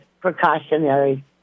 precautionary